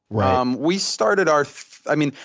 um we started our i mean,